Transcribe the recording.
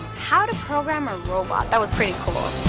how to program at robot, that was pretty cool. ah